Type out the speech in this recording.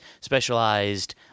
specialized